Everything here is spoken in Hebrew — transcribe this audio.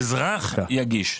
אני רוצה להגיד משהו, שהאזרח יגיש,